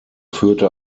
führte